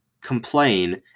complain